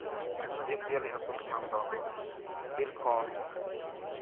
ᱡᱤᱵᱽᱼᱡᱤᱭᱟᱹᱞᱤ ᱟᱹᱥᱩᱞ ᱨᱮᱱᱟᱜ ᱫᱚ ᱵᱤᱨ ᱠᱷᱚᱱ